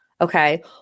Okay